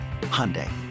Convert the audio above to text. Hyundai